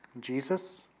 Jesus